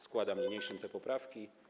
Składam niniejszym te poprawki.